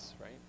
right